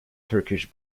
turkish